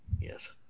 yes